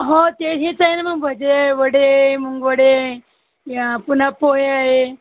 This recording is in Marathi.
हो ते ही चे नं चांगलं भजी आहे वडे आहे मुगवडे आहे पुन्हा पोहे आहे